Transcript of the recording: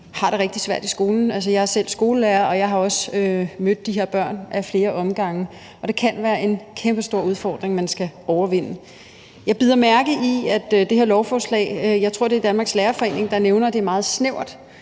gange rigtig svært i skolen. Jeg er selv skolelærer, og jeg har også mødt de her børn ad flere omgange, og det kan være en kæmpestor udfordring, man skal overvinde. Jeg bider mærke i, at det her lovforslag er meget snævert. Jeg tror, det er Danmarks Lærerforening, der nævner det. Det adresserer